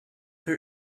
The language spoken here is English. her